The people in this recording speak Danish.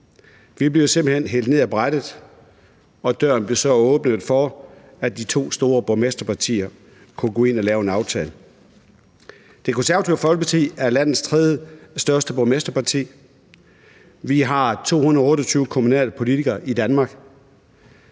Vi blev simpelt hen hældt ned ad brættet, og døren blev så åbnet for, at de to store borgmesterpartier kunne gå ind og lave en aftale. Det Konservative Folkeparti er landets tredjestørste borgmesterparti. Vi har 228 kommunalpolitikere i Danmark,